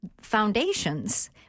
foundations